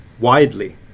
widely